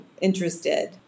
interested